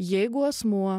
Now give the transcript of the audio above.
jeigu asmuo